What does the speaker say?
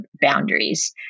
boundaries